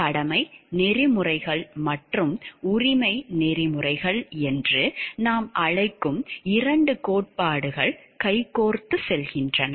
எனவே கடமை நெறிமுறைகள் மற்றும் உரிமை நெறிமுறைகள் என்று நாம் அழைக்கும் இரண்டு கோட்பாடுகள் கைகோர்த்துச் செல்கின்றன